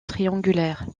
triangulaire